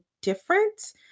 different